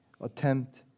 attempt